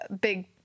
big